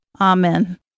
Amen